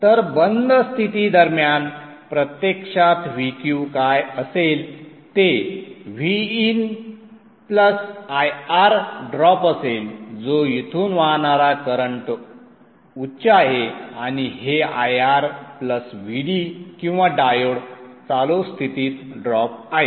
तर बंद स्थिती दरम्यान प्रत्यक्षात Vq काय असेल ते Vin IR ड्रॉप असेल जो इथून वाहणारा करंट उच्च आहे आणि हे IR Vd किंवा डायोड चालू स्थितीत ड्रॉप आहे